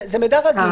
זה מידע רגיש.